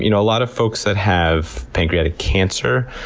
you know a lot of folks that have pancreatic cancer,